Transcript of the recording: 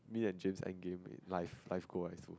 me and James end game in life life goal as so